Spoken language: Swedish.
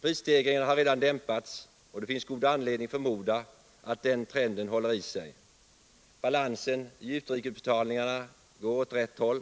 Prisstegringarna har redan dämpats, och det finns god anledning förmoda att den trenden håller i sig. Balansen i utrikesbetalningarna går åt rätt håll,